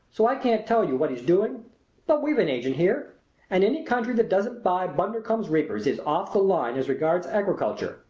so i can't tell you what he's doing but we've an agent here and any country that doesn't buy bundercombe's reapers is off the line as regards agriculture!